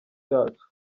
cyacu